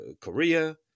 Korea